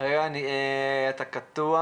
מה שאני אומר גם מגובה בסקרים.